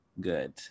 good